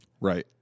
Right